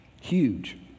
Huge